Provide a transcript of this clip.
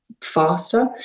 faster